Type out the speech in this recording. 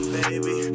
baby